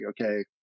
okay